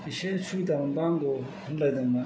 एसे सुबिदा मोनबा हामगौ होनलायदोंमोन